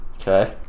Okay